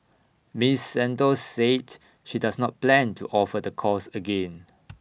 miss Santos said she does not plan to offer the course again